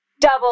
double